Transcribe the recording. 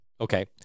Okay